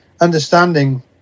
understanding